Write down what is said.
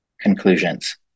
Conclusions